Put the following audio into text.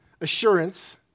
assurance